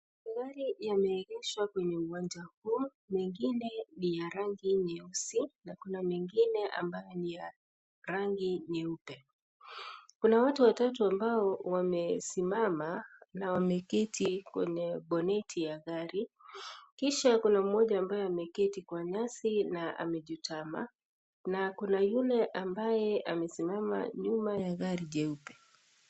Magari yameegeshwa kwenye uwanja huo, mengine ni ya rangi nyeusi na kuna mengine ambayo ni ya rangi nyeupe. Kuna watu watatu ambao wamesimama na wameketi kwenye boneti ya gari. Kisha kuna mmoja ambaye ameketi kwa nyasi na amejitama na kuna yule ambaye amesimama nyuma ya gari jeupe.